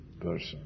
person